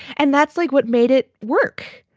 and that's like what made it work.